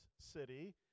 city